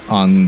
on